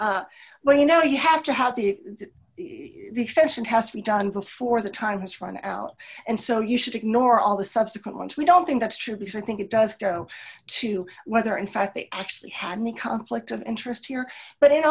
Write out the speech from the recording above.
saying well you know you have to have the extension has to be done before the time has run out and so you should ignore all the subsequent ones we don't think that's true because i think it does go to whether in fact they actually had any conflict of interest here but